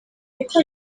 niko